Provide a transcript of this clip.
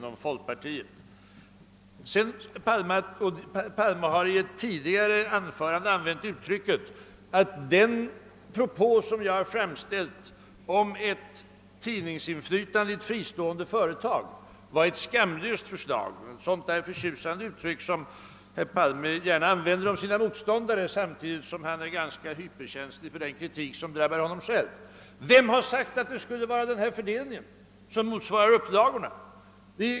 Herr Palme har i ett tidigare anförande sagt att den propå, som jag framställt om tidningsinflytande i ett fristående företag, var ett »skamlöst förslag» — ett sådant där förtjusande uttryck som herr Palme gärna använder om sina motståndare samtidigt som han är hyperkänslig för den kritik som drabbar honom själv. Vem har sagt att det skulle vara en fördelning som motsvarar upplagorna?